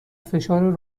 فشار